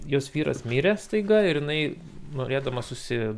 jos vyras mirė staiga ir jinai norėdama susi